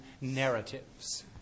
narratives